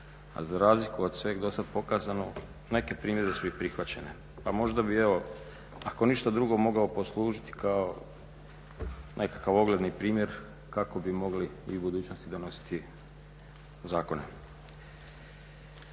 za razliku od sveg do sad pokazano neke primjedbe su i prihvaćene, pa možda bi evo, ako ništa drugo mogao poslužiti kao nekakav ogledni primjer kako bi mogli i u budućnosti donositi zakone.